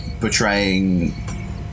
portraying